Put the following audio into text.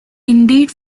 indeed